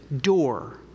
door